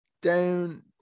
Down